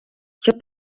щоб